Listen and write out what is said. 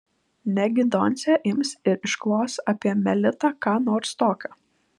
negi doncė ims ir išklos apie melitą ką nors tokio